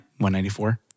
194